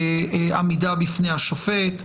עמידה בפני השופט.